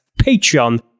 Patreon